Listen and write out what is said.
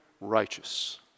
Righteous